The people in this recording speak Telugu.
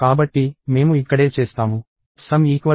కాబట్టి మేము ఇక్కడే చేస్తాము sum0 ప్రారంభించబడింది